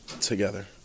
together